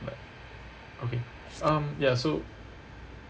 okay um so